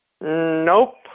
Nope